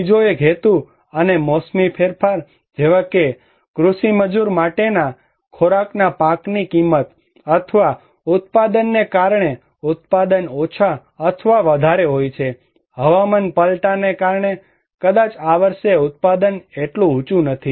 બીજો એક હેતુ અને મોસમી ફેરફાર જેવા કે કૃષિ મજૂર માટેના ખોરાકના પાકની કિંમત અથવા ઉત્પાદનને કારણે ઉત્પાદન ઓછા અથવા વધારે હોય છે હવામાન પલટાને કારણે કદાચ આ વર્ષે ઉત્પાદન એટલું ઉંચુ નથી